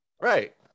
Right